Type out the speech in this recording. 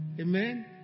Amen